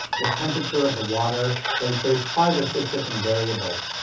the temperature of the water. there's there's five or six different variables.